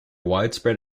widespread